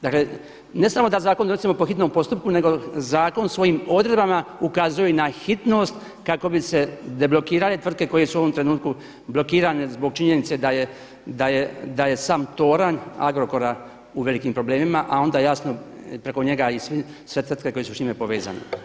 Dakle, ne samo da zakon donosimo po hitnom postupku nego zakon svojim odredbama ukazuje na hitnost kako bi se deblokirale tvrtke koje su u ovom trenutku blokirane zbog činjenice da je sam toranj Agrokora u velikim problemima a onda jasno preko njega i sve tvrtke koje su s njime povezane.